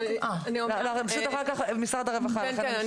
כן,